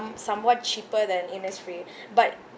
somewhat cheaper than Innisfree but